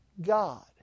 God